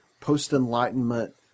post-enlightenment